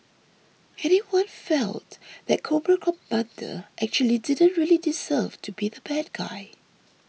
anyone felt that Cobra Commander actually didn't really deserve to be the bad guy